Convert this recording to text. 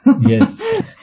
Yes